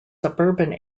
suburban